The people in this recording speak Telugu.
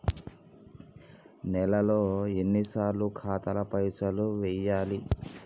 నెలలో ఎన్నిసార్లు ఖాతాల పైసలు వెయ్యాలి?